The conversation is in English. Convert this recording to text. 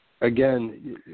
again